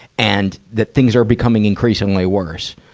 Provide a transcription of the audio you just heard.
and that things are becoming increasingly worse,